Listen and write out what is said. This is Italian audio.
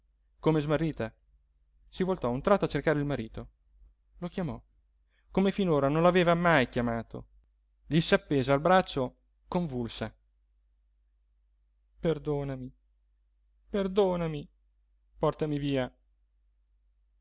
come smarrita si voltò a un tratto a cercare il marito lo chiamò come finora non l'aveva mai chiamato gli s'appese al braccio convulsa perdonami perdonami portami via